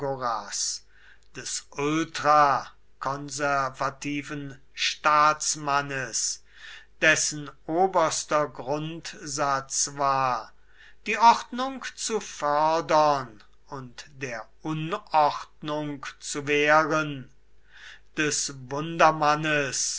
des ultrakonservativen staatsmannes dessen oberster grundsatz war die ordnung zu fördern und der unordnung zu wehren des